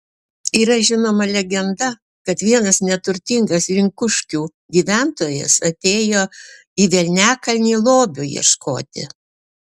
yra žinoma legenda kad vienas neturtingas rinkuškių gyventojas atėjo į velniakalnį lobio ieškoti